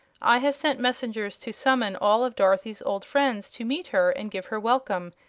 i have sent messengers to summon all of dorothy's old friends to meet her and give her welcome,